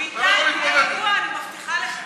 ביטן, תהיה רגוע, אני מבטיחה לך.